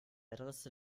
adresse